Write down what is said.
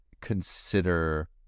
consider